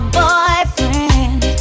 boyfriend